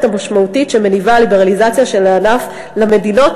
המשמעותית שמניבה הליברליזציה של הענף למדינות,